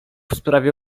sprawie